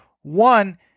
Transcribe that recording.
one